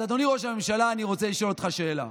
אז אדוני ראש הממשלה, אני רוצה לשאול אותך שאלה: